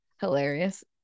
Hilarious